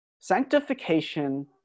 sanctification